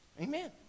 Amen